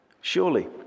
Surely